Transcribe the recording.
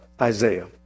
Isaiah